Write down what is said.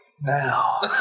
now